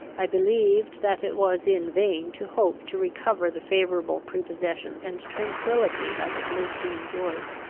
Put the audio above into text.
i believed that it was in vain to hope to recover the favourable prepossession and tranquillity i had lately enjoyed.